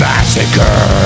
Massacre